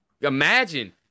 Imagine